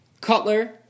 Cutler